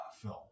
film